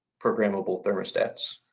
programmable thermostats.